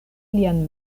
lian